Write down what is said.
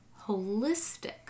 holistic